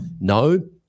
No